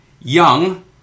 Young